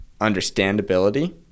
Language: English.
understandability